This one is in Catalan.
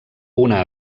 una